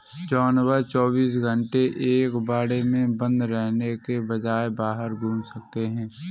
जानवर चौबीस घंटे एक बाड़े में बंद रहने के बजाय बाहर घूम सकते है